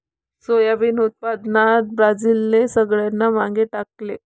soybean उत्पादनात ब्राझीलने सगळ्यांना मागे टाकले